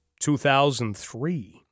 2003